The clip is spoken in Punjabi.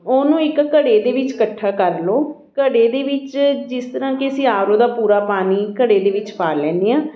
ਉਹਨੂੰ ਇੱਕ ਘੜੇ ਦੇ ਵਿੱਚ ਇਕੱਠਾ ਕਰ ਲਉ ਘੜੇ ਦੇ ਵਿੱਚ ਜਿਸ ਤਰ੍ਹਾਂ ਕਿ ਅਸੀਂ ਆਰ ਓ ਦਾ ਪੂਰਾ ਪਾਣੀ ਘੜੇ ਦੇ ਵਿੱਚ ਪਾ ਲੈਂਦੇ ਹਾਂ